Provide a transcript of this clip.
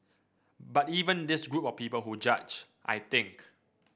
but even this group of people who judge I think